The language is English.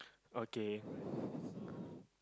okay